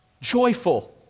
joyful